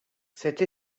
cette